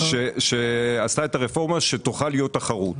שעשתה את הרפורמה שתוכל להיות תחרות.